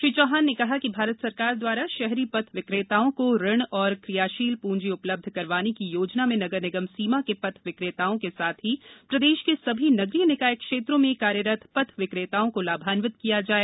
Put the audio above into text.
श्री चौहान ने कहा कि भारत सरकार दवारा शहरी पथ विक्रेताओं को ऋण और क्रियाशील पूँजी उपलब्ध करवाने की योजना में नगर निगम सीमा के पथ विक्रेताओं के साथ ही प्रदेश के सभी नगरीय निकाय क्षेत्रों में कार्यरत पथ विक्रेताओं को लाभान्वित किया जाये